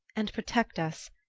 and protect us,